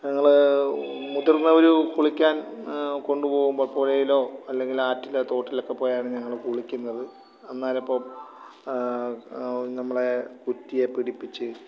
ഞങ്ങള് മുതിർന്നവര് കുളിക്കാൻ കൊണ്ടുപോകുമ്പോള് പുഴയിലോ അല്ലെങ്കിൽ ആറ്റിലോ തോട്ടിലൊക്കെ പോയാണ് ഞങ്ങള് കുളിക്കുന്നത് എന്നാലപ്പോള് നമ്മളെ കുറ്റിയെ പിടിപ്പിച്ച്